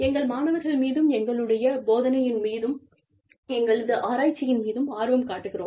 எங்கள் மாணவர்கள் மீதும் எங்களுடைய போதனையின் மீதும் எங்களது ஆராய்ச்சியின் மீதும் ஆர்வம் காட்டுகிறோம்